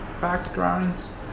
backgrounds